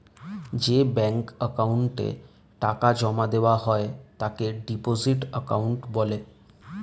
যে ব্যাঙ্ক অ্যাকাউন্টে টাকা জমা দেওয়া হয় তাকে ডিপোজিট অ্যাকাউন্ট বলে